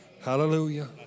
Hallelujah